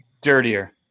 Dirtier